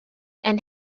and